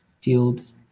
Fields